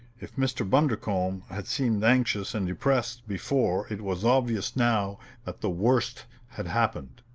if mr. bundercombe had seemed anxious and depressed before it was obvious now that the worst had happened.